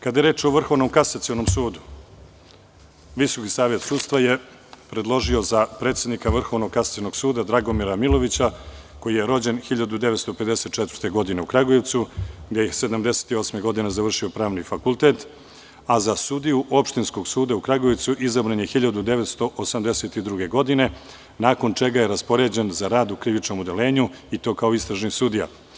Kada je reč o Vrhovnom kasacionom sudu, Visoki savet sudstva je predložio za predsednika Vrhovnog kasacionog suda Dragomira Milojevića, koji je rođen 1954. godine u Kragujevcu, gde je 1978. godine završio Pravni fakultet, a za sudiju Opštinskog suda u Kragujevcu izabran je 1982. godine, nakon čega je raspoređen za rad u krivičnom odeljenju i to kao istražni sudija.